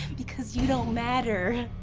because you don't matter?